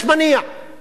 רק השטן הוא,